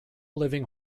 living